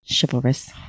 chivalrous